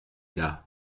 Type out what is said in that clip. gars